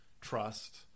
trust